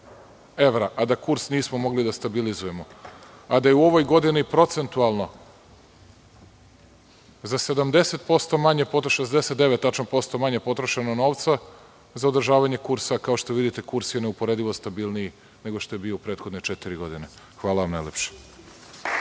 evra, a da kurs nismo mogli da stabilizujemo, a da je u ovoj godini procentualno za 69 posto manje potrošeno novca, za održavanje kursa, kao što vidimo kurs je neuporedivo stabilniji nego što je bio u prethodne 4 godine. Hvala. **Nebojša